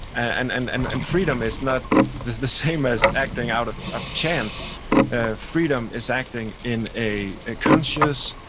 and and and and freedom is not the the same as acting out of of chance ah freedom is acting in a a conscious,